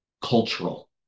cultural